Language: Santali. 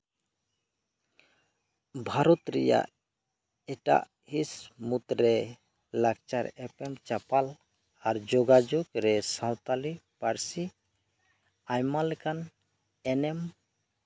ᱵᱷᱟᱨᱚᱛ ᱨᱮᱭᱟᱜ ᱮᱴᱟᱜ ᱦᱤᱸᱥ ᱢᱩᱫ ᱨᱮ ᱞᱟᱠᱪᱟᱨ ᱮᱯᱮᱢ ᱪᱟᱯᱟᱞ ᱟᱨ ᱡᱳᱜᱟᱡᱳᱜᱽ ᱨᱮ ᱥᱟᱱᱛᱟᱲᱤ ᱯᱟᱹᱨᱥᱤ ᱟᱭᱢᱟ ᱞᱮᱠᱟᱱ ᱮᱱᱮᱢ